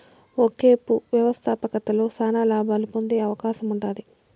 ఒకేపు వ్యవస్థాపకతలో శానా లాబాలు పొందే అవకాశముండాది